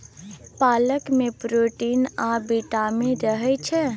पालक मे प्रोटीन आ बिटामिन रहय छै